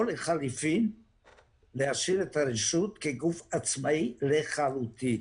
לחלופין להשאיר את הרשות כגוף עצמאי לחלוטין